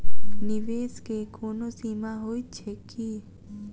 निवेश केँ कोनो सीमा होइत छैक की?